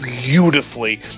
Beautifully